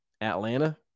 Atlanta